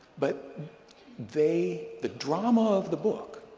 but they the drama of the book